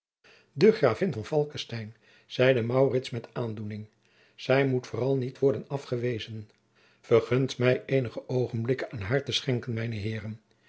de gravin van falckestein zeide maurits met aandoening zij moet vooral niet worden afgewezen vergunt mij eenige oogenblikken aan haar te schenken mijne heeren